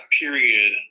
period